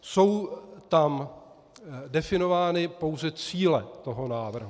Jsou tam definovány pouze cíle toho návrhu.